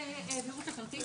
אני